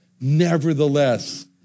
Nevertheless